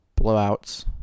blowouts